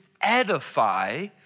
edify